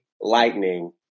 Lightning